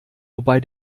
wobei